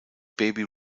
baby